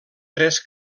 tres